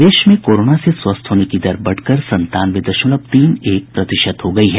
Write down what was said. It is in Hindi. प्रदेश में कोरोना से स्वस्थ होने की दर बढ़कर संतानवे दशमलव तीन एक प्रतिशत हो गयी है